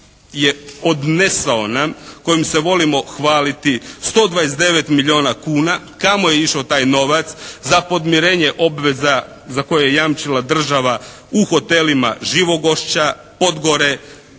je odnesao nam, kojim se volimo hvaliti 129 milijuna kuna. Kamo je išao taj novac? Za podmirenje obveza za koje je jamčila država u hotelima Živogošča, Podgore,